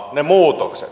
ne muutokset